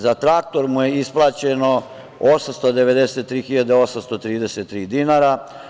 Za traktor mu je isplaćeno 893.833 dinara.